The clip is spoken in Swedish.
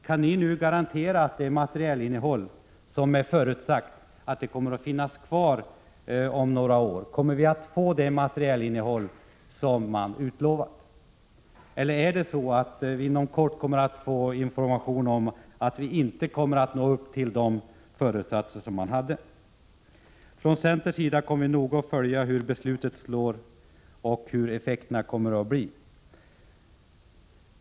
Kan ni garantera att det materielinnehåll som är förutsatt kommer att finnas kvar om några år? Kommer vi att få det materielinnehåll som man utlovat? Eller får vi inom kort information om att det inte går att nå upp till de föresatser som man hade? Från centerns sida kommer vi att noga följa hur beslutet slår och hur effekterna kommer att bli.